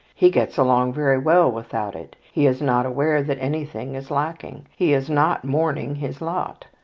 he gets along very well without it. he is not aware that anything is lacking. he is not mourning his lot.